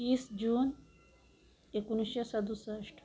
तीस जून एकोणीसशे सदुसष्ट